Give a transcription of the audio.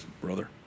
brother